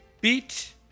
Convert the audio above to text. beat